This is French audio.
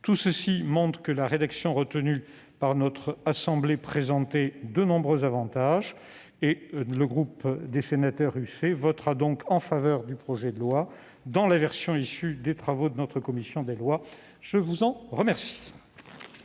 points montre que la rédaction retenue par notre assemblée présentait de nombreux avantages. C'est pourquoi le groupe des sénateurs UC votera en faveur du projet de loi, dans la version issue des travaux de notre commission des lois. La parole est